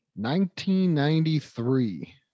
1993